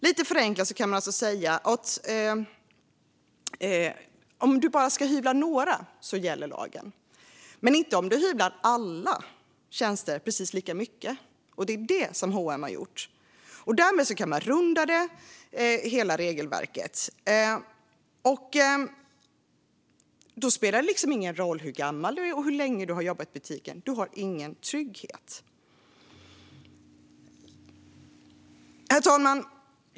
Lite förenklat kan man säga att om man ska hyvla enbart några tjänster gäller lagen, men den gäller inte om man hyvlar alla tjänster lika mycket. Det är precis vad H & M har gjort. Därmed kan man runda hela regelverket. Då spelar det ingen roll hur gammal du är eller hur länge du har jobbat i butiken; du har ingen trygghet. Herr talman!